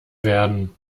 werden